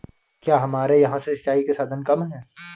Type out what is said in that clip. क्या हमारे यहाँ से सिंचाई के साधन कम है?